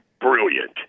brilliant